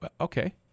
Okay